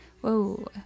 Whoa